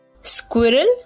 squirrel